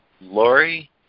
Lori